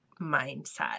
mindset